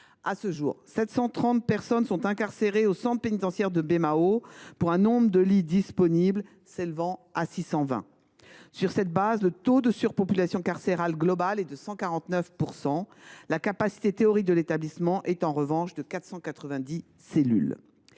À ce jour, 730 personnes sont incarcérées au centre pénitentiaire de Baie Mahault, pour un nombre de lits disponibles s’élevant à 620. Sur cette base, le taux de surpopulation carcérale global est de 149 %. La capacité théorique de l’établissement est en revanche de 490 cellules.